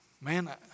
Man